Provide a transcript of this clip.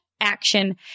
action